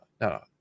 no